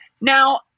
now